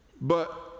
But-